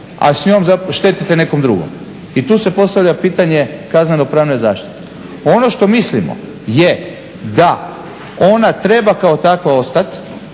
a s njom štetite nekom drugom i tu se postavlja pitanje kazneno pravne zaštite. Ono što mislimo je da ona treba kao takva ostati,